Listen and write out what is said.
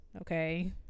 okay